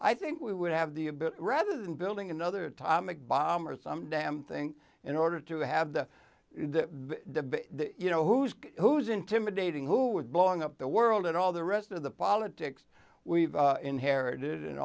i think we would have the a bit rather than building another tomic bomb or some damn thing in order to have the the you know who's who's intimidating who are blowing up the world and all the rest of the politics we've inherited and